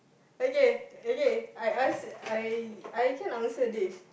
okay okay I ask I I actually answer this